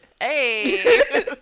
Hey